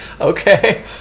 Okay